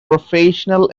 professional